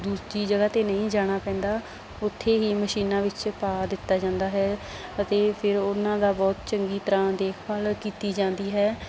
ਦੂਜੀ ਜਗ੍ਹਾ 'ਤੇ ਨਹੀਂ ਜਾਣਾ ਪੈਂਦਾ ਉੱਥੇ ਹੀ ਮਸ਼ੀਨਾਂ ਵਿੱਚ ਪਾ ਦਿੱਤਾ ਜਾਂਦਾ ਹੈ ਅਤੇ ਫਿਰ ਉਹਨਾਂ ਦਾ ਬਹੁਤ ਚੰਗੀ ਤਰ੍ਹਾਂ ਦੇਖਭਾਲ ਕੀਤੀ ਜਾਂਦੀ ਹੈ